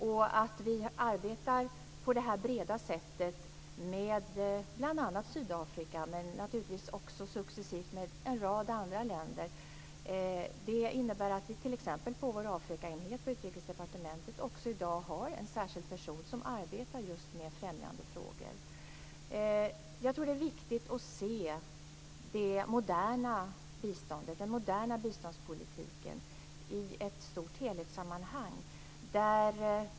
Vi arbetar på det här breda sättet med bl.a. Sydafrika, men naturligtvis också successivt med en rad andra länder. Det innebär att vi t.ex. på vår Afrikaenhet på Utrikesdepartementet i dag har en särskild person som arbetar just med främjandefrågor. Jag tror att det är viktigt att se den moderna biståndspolitiken i ett stort helhetssammanhang.